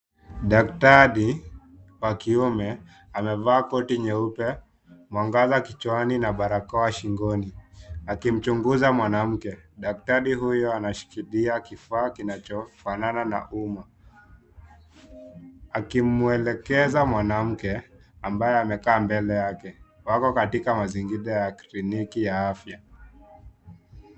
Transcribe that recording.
Daktari wakiume amevaa koti nyeupe ,mwangaza kichwani na barakoa shingoni akimchunguza mwanamke. Daktari huyo anashikilia kifaa kinachofanana na umma, akimwelekeza mwanamke ambaye amekaa mbele yake . Wako katika mazingira ya kliniki ya afya.